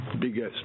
biggest